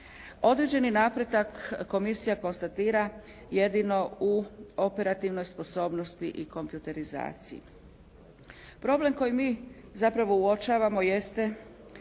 Određeni napredak komisija konstatira jedino u operativnoj sposobnosti i kompjuterizaciji. Problem koji mi zapravo uočavamo jeste